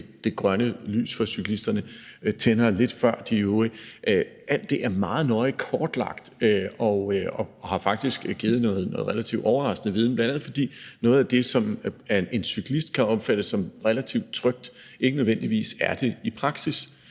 det grønne lys for cyklisterne tænder lidt før de øvrige. Alt det er meget nøje kortlagt og har faktisk givet noget relativt overraskende viden, bl.a. fordi noget af det, som af en cyklist kan opfattes som relativt trygt, ikke nødvendigvis er det i praksis,